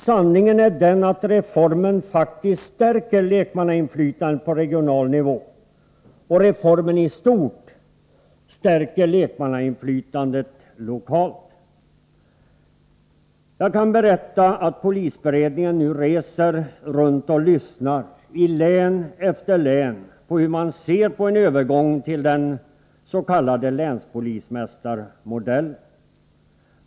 Sanningen är den att reformen faktiskt stärker lekmannainflytandet på regional nivå, och reformen i stort stärker lekmannainflytandet lokalt. Polisberedningen reser nu runt och lyssnar i län efter län på hur man ser på en övergång till den s.k. länspolismästarmodellen.